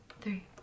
three